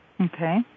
Okay